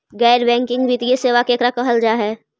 गैर बैंकिंग वित्तीय सेबा केकरा कहल जा है?